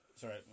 sorry